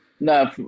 No